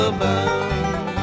bound